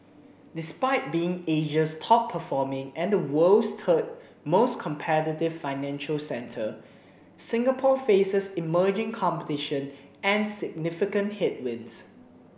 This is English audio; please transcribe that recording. despite being Asia's top performing and the world's third most competitive financial centre Singapore faces emerging competition and significant headwinds